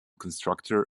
constructor